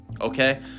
Okay